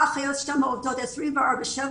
האחיות שם עובדות 24/7,